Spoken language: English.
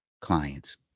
clients